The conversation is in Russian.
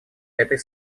этой